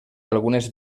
algunes